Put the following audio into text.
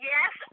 Yes